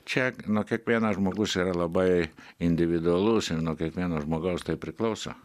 čia kiekvienas žmogus yra labai individualus ir nuo kiekvieno žmogaus tai priklauso